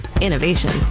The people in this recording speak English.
Innovation